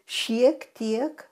šiek tiek